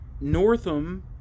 Northam